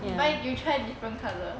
you buy you try different colour